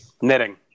Knitting